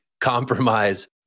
compromise